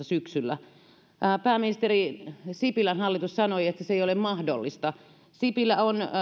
syksyllä kaksituhattaviisitoista pääministeri sipilän hallitus sanoi että se ei ole mahdollista sipilä on